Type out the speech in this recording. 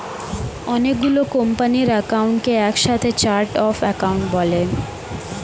অনেক গুলো কোম্পানির অ্যাকাউন্টকে একসাথে চার্ট অফ অ্যাকাউন্ট বলে